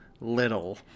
Little